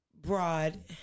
broad